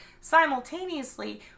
Simultaneously